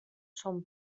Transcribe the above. són